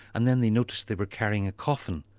and then they noticed they were carrying a coffin.